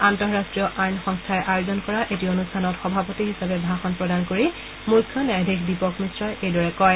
আন্তঃৰাষ্ট্ৰীয় আইন সংস্থাই আয়োজন কৰা এটা অনুষ্ঠানত সভাপতি হিচাপে ভাষণ প্ৰদান কৰি মুখ্য ন্যায়াধীশ দীপক মিশ্ৰই এইদৰে কয়